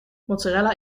mozzarella